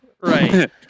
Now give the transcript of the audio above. Right